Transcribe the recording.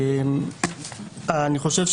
אני חושב,